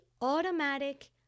automatic